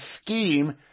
scheme